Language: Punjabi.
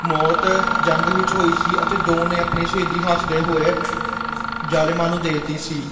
ਮੌਤ ਜੰਗ ਵਿੱਚ ਹੋਈ ਸੀ ਅਤੇ ਦੋ ਨੇ ਆਪਣੀ ਸ਼ਹੀਦੀ ਹੱਸਦੇ ਹੋਏ ਜ਼ਾਲਮਾਂ ਨੂੰ ਦੇ ਤੀ ਸੀ